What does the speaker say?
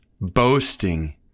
boasting